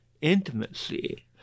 intimacy